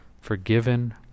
Forgiven